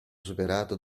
superato